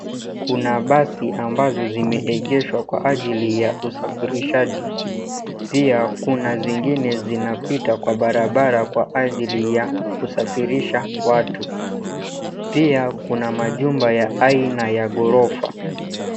Kuna basi ambazo zimeegeshwa kwa ajili ya usafirishaji. Pia kuna zingine zinapita kwa barabara kwa ajili ya kusafirisha watu. Pia kuna majumba ya aina ya ghorofa.